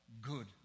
good